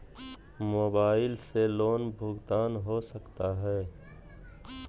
Mobile से loan भुगतान हो सकता है?